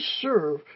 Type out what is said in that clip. serve